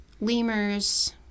lemurs